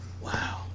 Wow